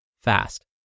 fast